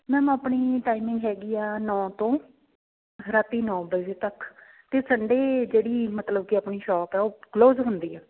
ma'am ਆਪਣੀ timing ਹੈਗੀ ਆ ਨੌ ਤੋਂ ਰਾਤੀ ਨੌ ਵਜੇ ਤੱਕ ਅਤੇ ਸੰਡੇ ਜਿਹੜੀ ਮਤਲਬ ਕਿ ਆਪਣੀ ਸ਼ੌਪ ਹੈ ਉਹ ਕਲੋਜ ਹੁੰਦੀ ਆ